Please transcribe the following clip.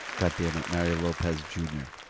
god damn it, mario lopez jr.